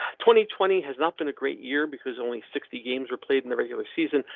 twenty twenty has not been a great year because only sixty games were played in the regular season,